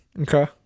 okay